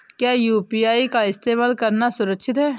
क्या यू.पी.आई का इस्तेमाल करना सुरक्षित है?